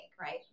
right